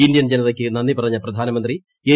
ഇന്ത്യൻജനതയ്ക്ക് നന്ദി പറഞ്ഞ പ്രധാനമന്ത്രി എൻ